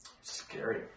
Scary